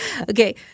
Okay